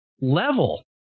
level